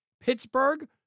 Pittsburgh